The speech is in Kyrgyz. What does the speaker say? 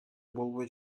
болбой